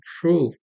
proof